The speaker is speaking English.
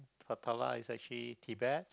Potala is actually Tibet